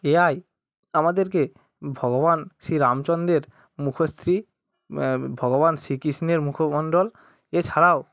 AI আমাদেরকে ভগবান শ্রীরামচন্দ্রের মুখশ্রী ভগবান শ্রীকৃষ্ণের মুখমণ্ডল এছাড়াও